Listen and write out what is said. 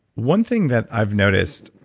one thing that i've noticed